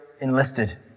enlisted